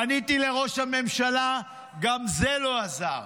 פניתי לראש הממשלה, גם זה לא עזר.